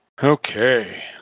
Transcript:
Okay